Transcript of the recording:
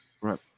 Right